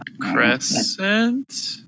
crescent